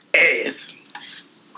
ass